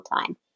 time